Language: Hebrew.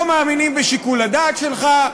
לא מאמינים בשיקול הדעת שלך,